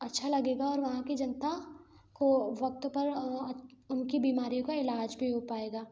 अच्छा लगेगा और वहाँ की जनता को वक्त पर उनकी बीमारियों का इलाज भी हो पाएगा